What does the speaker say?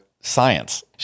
science